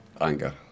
Anger